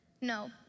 No